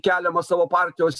keliamas savo partijos